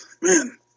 man